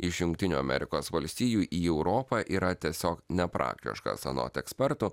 iš jungtinių amerikos valstijų į europą yra tiesiog nepraktiškas anot ekspertų